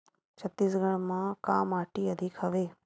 छत्तीसगढ़ म का माटी अधिक हवे?